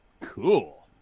Cool